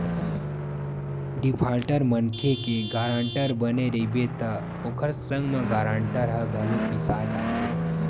defaulter मनखे के guarantor बने रहिबे त ओखर संग म गारंटर ह घलो पिसा जाथे